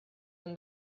and